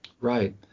Right